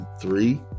three